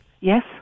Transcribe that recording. Yes